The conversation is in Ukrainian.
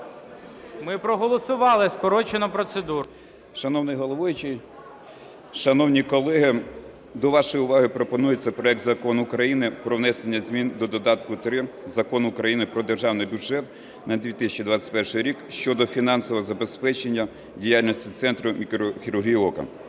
В.О. Шановний головуючий, шановні колеги! До вашої уваги пропонується проект Закону України про внесення змін до додатку 3 Закону України "Про Державний бюджет на 2021" рік щодо фінансового забезпечення діяльності Центру мікрохірургії ока.